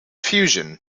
fusion